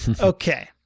Okay